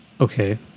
okay